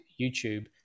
YouTube